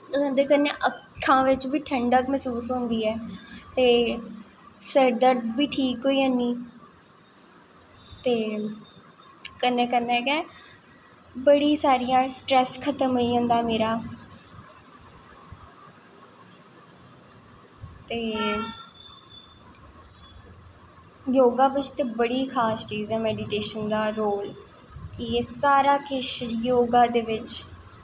ते ओह्दे कन्नै अक्खां बिच बी ठंडक मसूस होंदी ऐ ते सरदर्द बी ठीक होई जानी ते कन्नै कन्नै गै बड़ी सारियां स्ट्रेस खत्म होई जंदा मेरा ते योगा बिच ते बड़ी खास चीज ऐ मेडिटेशन दा रोल कि एह् सारा किश योगा दे बिच